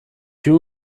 you